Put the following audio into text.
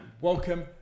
welcome